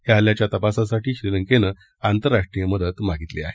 या हल्ल्याच्या तपासासाठी श्रीलंकेनं आंतरराष्ट्रीय मदत मागितली आहे